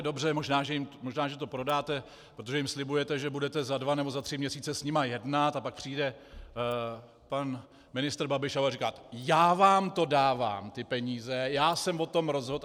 Dobře, možná že to prodáte, protože jim slibujete, že budete za dva nebo za tři měsíce s nimi jednat, a pak přijde pan ministr Babiš a bude říkat: Já vám dávám ty peníze, já jsem o tom rozhodl.